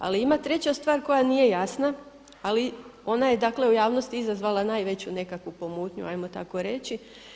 Ali ima treća stvar koja nije jasna, ali ona je dakle u javnosti izazvala najveću nekakvu pomutnju hajmo tako reći.